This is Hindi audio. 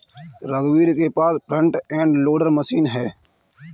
रघुवीर के पास फ्रंट एंड लोडर मशीन है